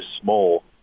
small